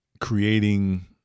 creating